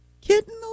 Kitten